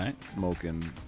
Smoking